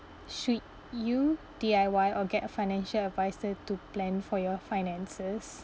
should you D_I_Y or get a financial adviser to plan for your finances